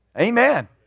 Amen